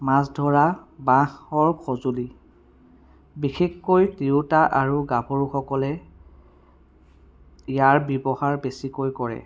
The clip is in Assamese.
মাছ ধৰা বাঁহৰ সঁজুলি বিশেষকৈ তিৰোতা আৰু গাভৰুসকলে ইয়াৰ ব্যৱহাৰ বেছিকৈ কৰে